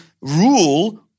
rule